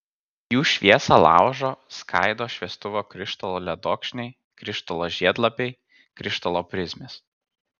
jų šviesą laužo skaido šviestuvo krištolo ledokšniai krištolo žiedlapiai krištolo prizmės